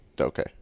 Okay